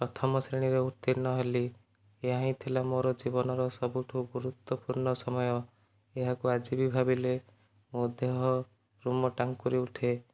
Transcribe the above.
ପ୍ରଥମ ଶ୍ରେଣୀରେ ଉତ୍ତୀର୍ଣ୍ଣ ହେଲି ଏହା ହିଁ ଥିଲା ମୋ'ର ଜୀବନର ସବୁଠୁ ଗୁରୁତ୍ୱପୂର୍ଣ୍ଣ ସମୟ ଏହାକୁ ଆଜି ବି ଭାବିଲେ ମୋ' ଦେହ ରୋମ ଟାଙ୍କୁରି ଉଠେ